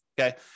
okay